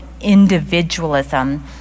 individualism